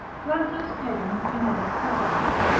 plantas pedum teneras habens